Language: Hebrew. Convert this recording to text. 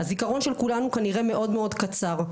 הזיכרון של כולנו כנראה מאוד קצר.